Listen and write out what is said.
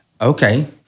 okay